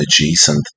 adjacent